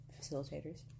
facilitators